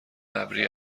ابری